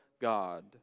God